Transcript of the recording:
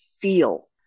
feel